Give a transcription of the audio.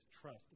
trust